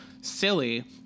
silly